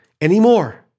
anymore